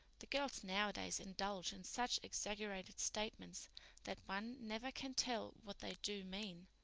the girls nowadays indulge in such exaggerated statements that one never can tell what they do mean.